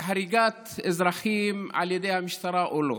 והריגת אזרחים על ידי המשטרה או לא.